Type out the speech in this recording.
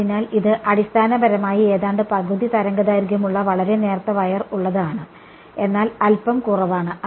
അതിനാൽ ഇത് അടിസ്ഥാനപരമായി ഏതാണ്ട് പകുതി തരംഗദൈർഘ്യമുള്ള വളരെ നേർത്ത വയർ ഉള്ളത് ആണ് എന്നാൽ അൽപ്പം കുറവ് ആണ്